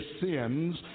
Sins